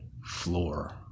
Floor